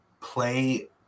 play